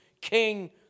king